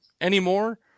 anymore